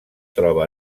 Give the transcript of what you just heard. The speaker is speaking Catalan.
troba